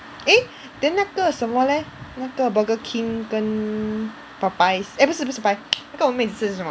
eh then 那个什么 leh 那个 Burger King 跟 Popeyes eh 不是不是 Popeyes 那个我们每次吃的是什么